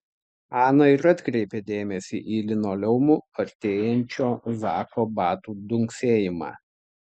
ana ir atkreipė dėmesį į linoleumu artėjančio zako batų dunksėjimą